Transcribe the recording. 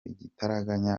igitaraganya